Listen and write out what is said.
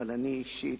אבל אני, אישית,